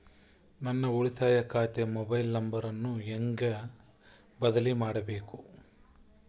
ನನ್ನ ಉಳಿತಾಯ ಖಾತೆ ಮೊಬೈಲ್ ನಂಬರನ್ನು ಹೆಂಗ ಬದಲಿ ಮಾಡಬೇಕು?